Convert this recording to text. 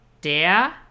Der